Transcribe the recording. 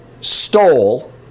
stole